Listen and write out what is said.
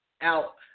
out